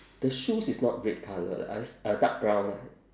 the shoes is not red colour it's uh dark brown